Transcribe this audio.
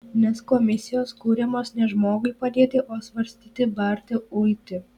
nes komisijos kuriamos ne žmogui padėti o svarstyti barti uiti